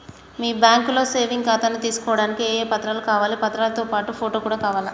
మీ బ్యాంకులో సేవింగ్ ఖాతాను తీసుకోవడానికి ఏ ఏ పత్రాలు కావాలి పత్రాలతో పాటు ఫోటో కూడా కావాలా?